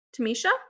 Tamisha